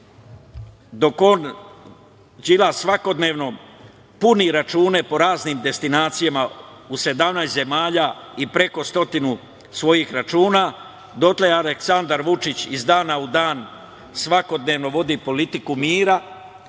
dok Đilas svakodnevno puni račune po raznim destinacijama u 17 zemalja i preko stotinu svojih računa dotle Aleksandar Vučić iz dana u dan svakodnevno vodi politiku mira,